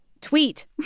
tweet